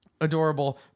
Adorable